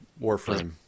Warframe